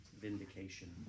vindication